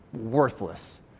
worthless